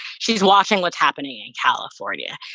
she's watching what's happening in california.